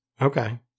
Okay